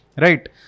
right